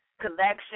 collection